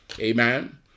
Amen